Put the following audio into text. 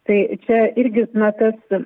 tai čia irgi na tas